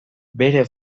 bere